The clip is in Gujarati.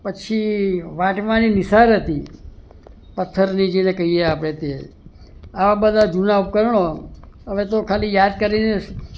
પછી વાટવાની મિસાલ હતી પથ્થરની જેને કહીએ આપણે તે આ બધા જૂના ઉપકરણો હવે તો ખાલી યાદ કરીને